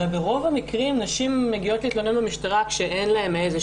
הרי ברוב המקרים נשים מגיעות להתלונן במשטרה כשאין להן איזו